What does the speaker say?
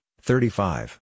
thirty-five